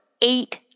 eight